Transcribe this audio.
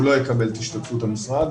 הוא לא יקבל את השתתפות המשרד,